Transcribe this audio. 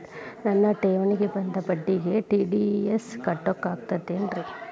ನನ್ನ ಠೇವಣಿಗೆ ಬಂದ ಬಡ್ಡಿಗೆ ಟಿ.ಡಿ.ಎಸ್ ಕಟ್ಟಾಗುತ್ತೇನ್ರೇ?